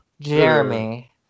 Jeremy